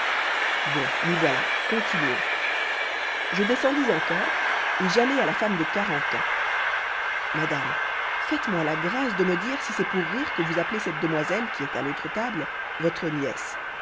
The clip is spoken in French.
bon m'y voilà continuons je descendis encore et j'allai à la femme de quarante ans madame faites-moi la grâce de me dire si c'est pour rire que vous appelez cette demoiselle qui est à l'autre table votre nièce